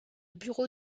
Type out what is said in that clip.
bureau